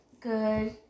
good